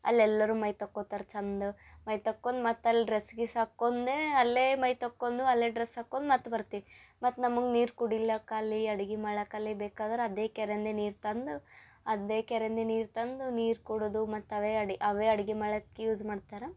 ಅಲ್ಲಿ ಎಲ್ಲರೂ ಮೈ ತಕೊತಾರೆ ಚಂದ ಮೈ ತಕೊಂಡ್ ಮತ್ತು ಅಲ್ಲಿ ಡ್ರೆಸ್ ಗಿಸ್ ಹಾಕೊಂದೇ ಅಲ್ಲೇ ಮೈ ತಕ್ಕೊಂಡು ಅಲ್ಲೇ ಡ್ರೆಸ್ ಹಾಕೊಂದ್ ಮತ್ತೆ ಬರ್ತೀವಿ ಮತ್ತು ನಮ್ಗೆ ನೀರು ಕುಡಿಲಿಕ್ಕ ಅಲ್ಲಿ ಅಡ್ಗೆ ಮಾಡಕ್ಕೆ ಅಲ್ಲಿ ಬೇಕಾದ್ರೆ ಅದೇ ಕೆರೆಯಿಂದ ನೀರು ತಂದು ಅದೇ ಕೆರೆಯಿಂದ ನೀರು ತಂದು ನೀರು ಕುಡಿದು ಮತ್ತೆ ಅವೇ ಅಡಿ ಅವೇ ಅಡುಗೆ ಮಾಡಕ್ಕೆ ಯೂಸ್ ಮಾಡ್ತಾರ